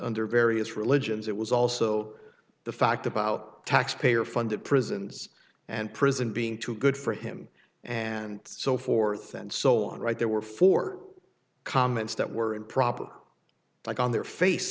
under various religions it was also the fact about taxpayer funded prisons and prison being too good for him and so forth and so on right there were for comments that were improper like on their face